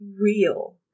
real